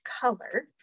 color